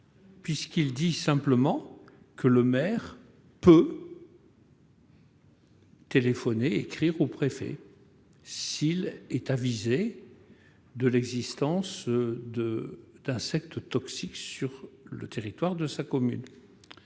puisqu'il prévoit simplement que le maire peut téléphoner ou écrire au préfet s'il est avisé de l'existence d'insectes toxiques sur le territoire de sa commune.